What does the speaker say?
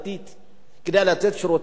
כדי לתת שירותי דת במדינת ישראל.